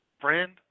friend